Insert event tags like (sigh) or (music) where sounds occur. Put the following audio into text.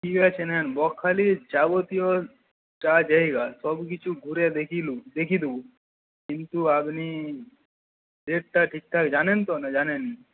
ঠিক আছে নিন বকখালির যাবতীয় যা জায়গা সবকিছু ঘুরে দেখিয়ে (unintelligible) দেখিয়ে দেব কিন্তু আপনি রেটটা ঠিকঠাক জানেন তো না জানেন না